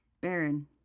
Baron